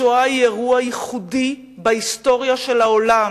השואה היא אירוע ייחודי בהיסטוריה של העולם,